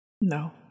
No